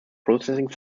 processing